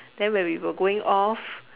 then when we were going off